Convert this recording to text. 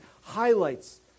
highlights